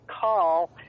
call